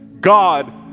God